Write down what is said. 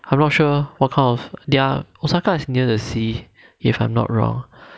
I'm not sure what kind of their osaka is near the sea if I'm not wrong